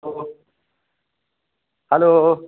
तो हलो